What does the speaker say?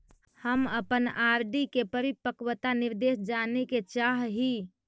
हम अपन आर.डी के परिपक्वता निर्देश जाने के चाह ही